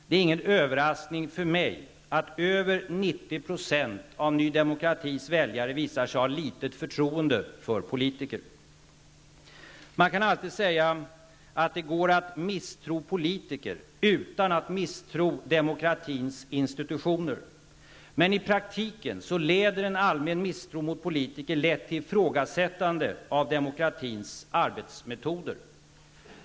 Det är ingen överraskning för mig att över 90 % av ny demokratis väljare visar sig ha litet förtroende för politiker. Man kan alltid säga att det går att misstro politiker utan att misstro demokratins institutioner. Men i praktiken leder en allmän misstro mot politker lätt till ifrågasättande av demokratins arbetsmetoder.